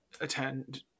attend